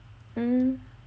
mm